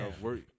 work